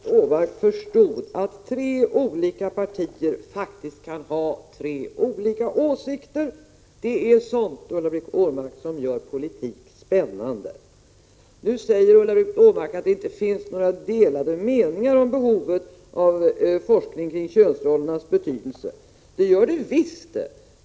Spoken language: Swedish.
Herr talman! Jag trodde faktiskt att Ulla-Britt Åbark förstod att tre olika partier kan ha tre olika åsikter. Det är sådant, Ulla-Britt Åbark, som gör politik spännande. Nu säger Ulla-Britt Åbark att det inte finns några delade meningar om 133 Prot. 1986/87:133 behovet av forskning kring könsrollernas betydelse. Det gör det visst det!